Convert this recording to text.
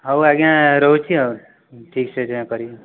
ହେଉ ଆଜ୍ଞା ରହୁଛି ଆଉ ଠିକ ସେ ଯାହା କରିବେ ଆଉ